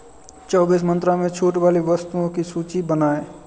चौबीस मंत्रा में छूट वाली वस्तुओं की सूची बनाएँ